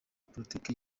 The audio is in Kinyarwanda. polisi